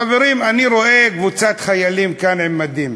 חברים, אני רואה קבוצת חיילים כאן, במדים,